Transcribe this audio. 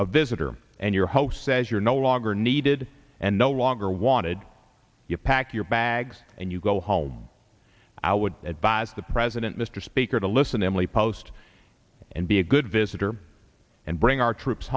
a visitor and your host says you're no longer needed and no longer wanted you pack your bags and you go home i would advise the president mr speaker to listen emily post and be a good visitor and bring our troops